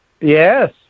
Yes